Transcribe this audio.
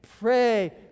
pray